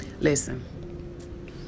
Listen